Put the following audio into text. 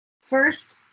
first